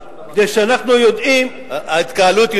ההתקהלות,